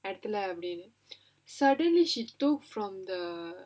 படத்துல:padathula suddenly she took from the